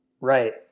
Right